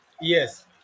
yes